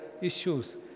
issues